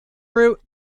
root